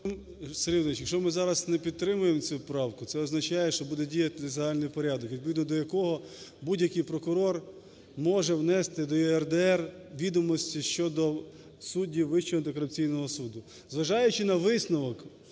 Володимирович, якщо ми зараз не підтримаємо цю правку, це означає, що буде діяти загальний порядок, відповідно до якого будь-який прокурор може внести до ЄРДР відомості щодо суддів Вищого антикорупційного суду. Зважаючи на висновок